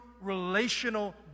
relational